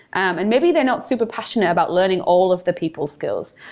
and maybe they're not super passionate about learning all of the people's skills.